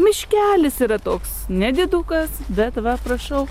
miškelis yra toks nedidukas bet va prašau